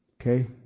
Okay